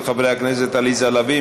של חברי הכנסת עליזה לביא,